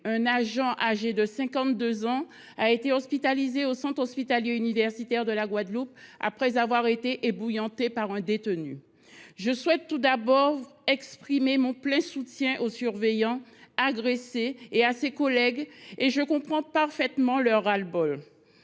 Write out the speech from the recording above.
un agent âgé de 52 ans a été hospitalisé au centre hospitalier universitaire de la Guadeloupe après avoir été ébouillanté par un détenu. Je souhaite tout d’abord exprimer mon plein soutien au surveillant agressé et à ses collègues ; je comprends parfaitement leur ras le bol.